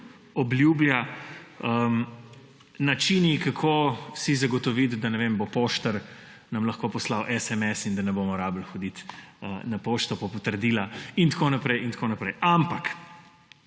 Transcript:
obljublja, načini, kako si zagotoviti, da nam bo poštar lahko poslal SMS in da ne bomo rabili hoditi na pošto po potrdila in tako naprej in